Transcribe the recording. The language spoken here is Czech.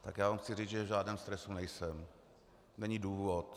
Tak já vám chci říct, že v žádném stresu nejsem, není důvod.